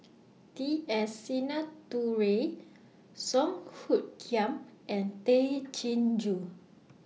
T S Sinnathuray Song Hoot Kiam and Tay Chin Joo